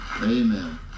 Amen